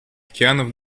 океанов